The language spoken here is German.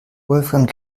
wolfgang